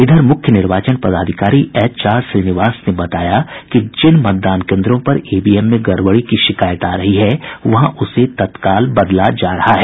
इधर मुख्य निर्वाचन पदाधिकारी एच आर श्रीनिवास ने बताया कि जिन मतदान केंद्रों पर ईवीएम में गड़बड़ी की शिकायत आ रही है वहां उसे तत्काल बदला जा रहा है